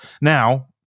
Now